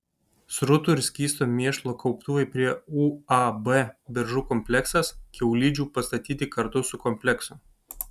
srutų ir skysto mėšlo kauptuvai prie uab beržų kompleksas kiaulidžių pastatyti kartu su kompleksu